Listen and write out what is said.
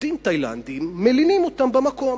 עובדים תאילנדים, מלינים אותם במקום.